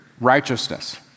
righteousness